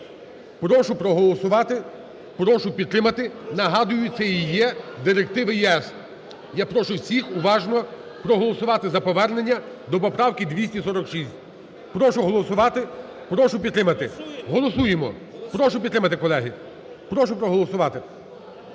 Прошу проголосувати, прошу підтримати. Нагадую, це і є директиви ЄС. Я прошу всіх уважно проголосувати за повернення до поправки 246. Прошу голосувати, прошу підтримати. Голосуємо! Прошу підтримати, колеги. Прошу проголосувати.